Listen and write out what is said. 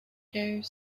joe